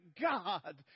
God